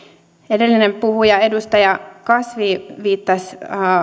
edellinen puhuja edustaja kasvi viittasi